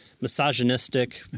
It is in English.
misogynistic